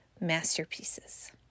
masterpieces